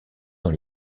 dans